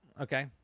Okay